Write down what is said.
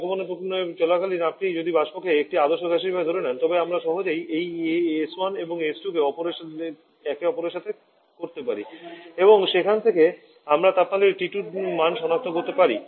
সংক্ষেপণের প্রক্রিয়া চলাকালীন আপনি যদি বাষ্পকে একটি আদর্শ গ্যাস হিসাবে ধরে নেন তবে আমরা সহজেই এই S1 এবং S 2 একে অপরের সাথে করতে পারি এবং সেখান থেকে আমরা তাপমাত্রা T 2 এর মান সনাক্ত করতে পারি